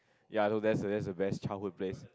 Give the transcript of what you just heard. ya I know that's the that's the best childhood place